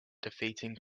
defeating